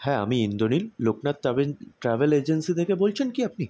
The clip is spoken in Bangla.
হ্যাঁ আমি Indranil Loknath travel travel agency থেকে বলছেন কি আপনি